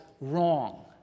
wrong